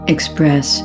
Express